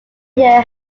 year